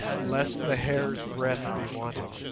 lest the hair's-breadth be wanting.